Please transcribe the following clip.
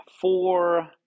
four